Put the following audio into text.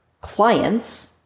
clients